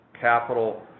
capital